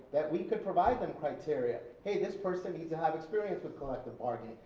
that we could provide them criteria. hey this person needs to have experience with collective bargaining.